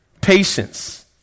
patience